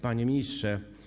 Panie Ministrze!